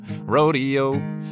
rodeo